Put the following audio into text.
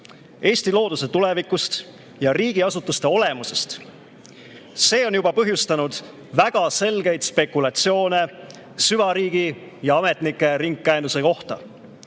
Eesti looduse tulevikust ja riigiasutuste olemusest. See on juba põhjustanud väga selgeid spekulatsioone süvariigi ja ametnike ringkäenduse kohta.